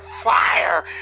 fire